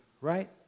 right